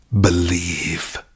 Believe